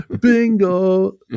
bingo